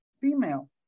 female